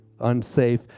unsafe